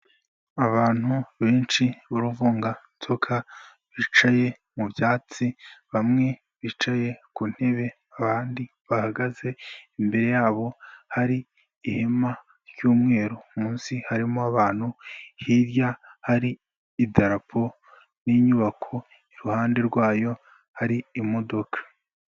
Abantu benshi b'uruvunganzoka bicaye mu byatsi, bamwe bicaye ku ntebe, abandi bahagaze. Imbere yabo hari ihema ry'umweru, munsi harimo abantu, hirya hari idarapo n'inyubako, iruhande rwayo hari imodoka.